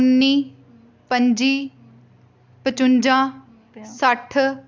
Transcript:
उन्नी पंजी पचुंजा सट्ठ